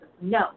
no